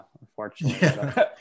unfortunately